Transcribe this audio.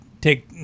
take